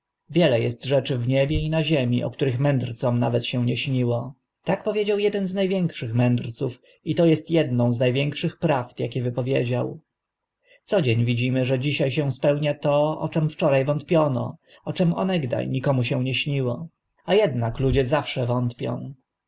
wiele est rzeczy w niebie i na ziemi o których mędrcom nawet się nie śniło tak powiedział eden z na większych mędrców i to est edną z na większych prawd akie wypowiedział co dzień widzimy że dzisia się spełnia to o czym wczora wątpiono o czym onegda nikomu się nie śniło a ednak ludzie zawsze wątpią